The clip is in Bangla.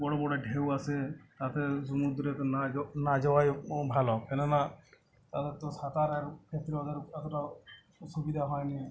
বড়ো বড়ো ঢেউ আসে তাতে সমুদ্রে না যো না যওয়াই ও ভালো কেননা এত সকালে কিন্তু ওদের অতটাও অসুবিধা হয় নি